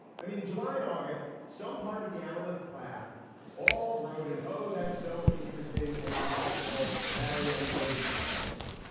i mean, in july, in august, some part of the analysts class all wrote in. oh, that's so interesting and insightful. marianne williamson point.